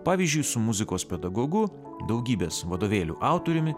pavyzdžiui su muzikos pedagogu daugybės vadovėlių autoriumi